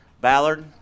Ballard